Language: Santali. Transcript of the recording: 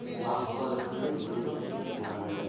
ᱵᱟᱝ ᱦᱚᱨᱚᱜ ᱞᱮᱠᱷᱟᱱᱜᱮ ᱜᱷᱩᱲᱤ ᱫᱚ ᱵᱷᱟᱹᱜᱤᱭᱟ